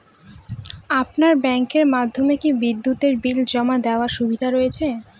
আপনার ব্যাংকের মাধ্যমে কি বিদ্যুতের বিল জমা দেওয়ার সুবিধা রয়েছে?